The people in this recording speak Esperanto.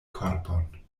korpon